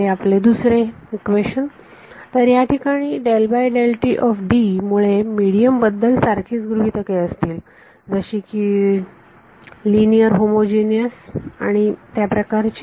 तर या ठिकाणी मुळे मिडीयम बद्दल सारखीच गृहीतके असतील जशी की लिनियर होमोजीनियस त्याप्रकार ची